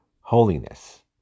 holiness